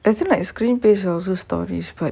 isn't like screen plays also stories but